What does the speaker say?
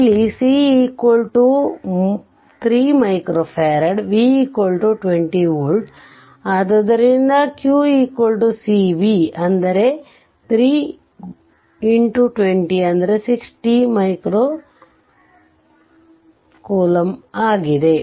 ಇಲ್ಲಿ c3 Fv20 volt q cv3x2060c ಆಗಿದೆ